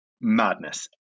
Madness